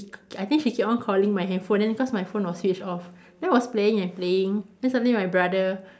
I think she keep on calling my handphone then cause my phone was switched off then I was playing and playing then suddenly my brother